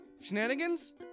Shenanigans